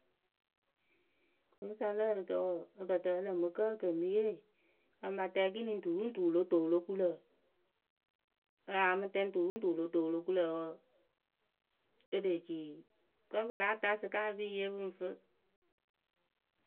Rɨkɨsa lǝ ǝrɨkǝ wǝǝ ǝ kǝ tɨ ǝ lǝǝmɨ kǝ e ke mɨ yee amba tɛŋ ekini turuŋtu wɨ lo toŋ wɨ lo kuŋ lǝ̈ aya mɨ tɛŋ turuŋtu wɨ lo toŋ wɨ lo kuŋ lǝ̈ wǝǝ be lee ci kǝ́ pɨ láa taa sɩka pɨ ŋ yee pɨŋ fɨ.